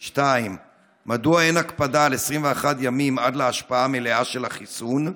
2. מדוע אין הקפדה על 21 ימים עד להשפעה מלאה של החיסון?